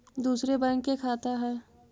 दुसरे बैंक के खाता हैं?